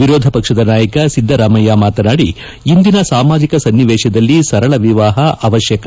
ವಿರೋಧ ಪಕ್ಷದ ನಾಯಕ ಸಿದ್ದರಾಮಯ್ಯ ಮಾತನಾಡಿ ಇಂದಿನ ಸಾಮಾಜಿಕ ಸನ್ನಿವೇಶದಲ್ಲಿ ಸರಳ ವಿವಾಪ ಅವಶ್ಯಕ